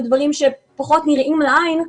בדברים שפחות נראים לעין.